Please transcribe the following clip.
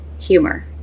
humor